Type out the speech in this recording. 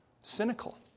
cynical